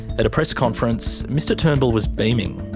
at a press conference, mr turnbull was beaming.